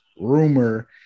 rumor